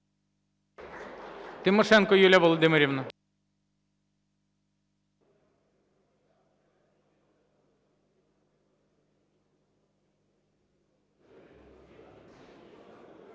Тимошенко Юлія Володимирівна.